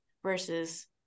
versus